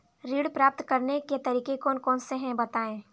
ऋण प्राप्त करने के तरीके कौन कौन से हैं बताएँ?